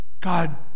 God